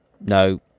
no